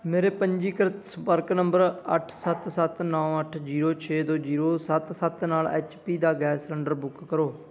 ਮੇਰੇ ਪੰਜੀਕ੍ਰਿਤ ਸੰਪਰਕ ਨੰਬਰ ਅੱਠ ਸੱਤ ਸੱਤ ਨੌਂ ਅੱਠ ਜੀਰੋ ਛੇ ਦੋ ਜੀਰੋ ਸੱਤ ਸੱਤ ਨਾਲ ਐੱਚ ਪੀ ਦਾ ਗੈਸ ਸਿਲੰਡਰ ਬੁੱਕ ਕਰੋ